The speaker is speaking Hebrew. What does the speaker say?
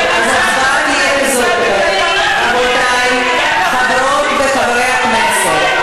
ההצבעה תהיה כזאת, רבותי, חברות וחברי הכנסת.